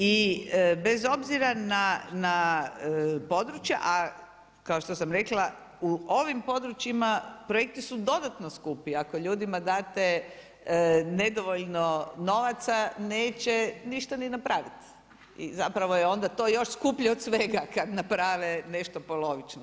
I bez obzira na područja, a kao što sam rekla u ovim područjima projekti su dodatno skup ako ljudima date nedovoljno novaca, neće ništa ni napraviti i zapravo je onda to još skuplje od svega kada naprave nešto polovično.